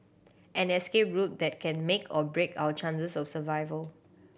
an escape route that can make or break our chances of survival